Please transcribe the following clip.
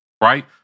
right